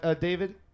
David